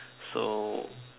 so